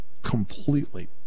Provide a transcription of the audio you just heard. completely